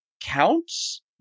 counts